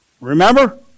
Remember